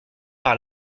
par